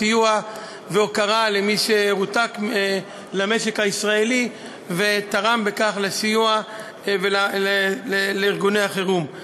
סיוע והוקרה למי שרותק למשק הישראלי ותרם בכך לסיוע ולארגוני החירום.